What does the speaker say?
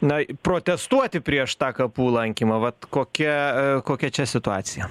na protestuoti prieš tą kapų lankymą vat kokia kokia čia situacija